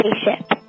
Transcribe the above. spaceship